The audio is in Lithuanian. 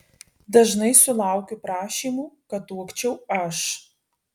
dažnai sulaukiu prašymų kad tuokčiau aš